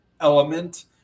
element